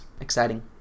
Exciting